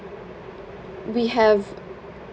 we have